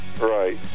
Right